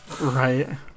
Right